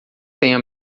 tenha